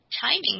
timing